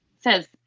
says